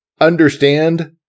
understand